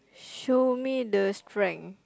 show me the strength